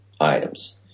items